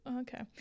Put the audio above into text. okay